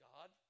God